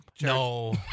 no